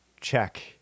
check